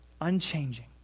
Unchanging